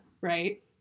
right